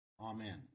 Amen